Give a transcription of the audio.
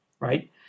right